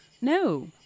No